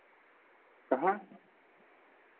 कहाँ